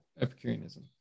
epicureanism